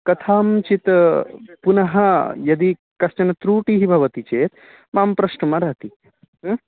कथञ्चित् पुनः यदि कश्चन त्रुटिः भवति चेत् मां प्रष्टुमर्हति ह्म्